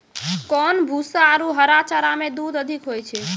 कोन भूसा आरु हरा चारा मे दूध अधिक होय छै?